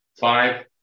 five